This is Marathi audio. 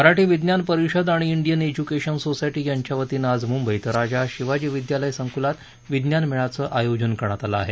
मराठी विज्ञान परिषद आणि डियन एज्यूकेशन सोसायटी यांच्यावतीनं आज मुंबईत राजा शिवाजी विद्यालय संकुलात विज्ञान मेळ्याचं आयोजन करण्यात आलं आहे